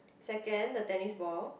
second the tennis ball